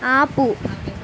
ఆపు